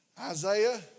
Isaiah